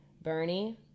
Bernie